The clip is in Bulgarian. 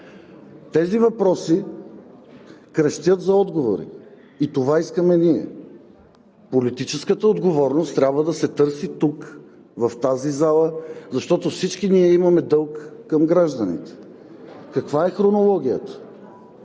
Тези въпроси крещят за отговори и това искаме ние. Политическата отговорност трябва да се търси тук, в тази зала, защото всички ние имаме дълг към гражданите. Каква е хронологията,